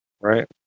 right